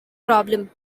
problem